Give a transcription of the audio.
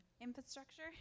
infrastructure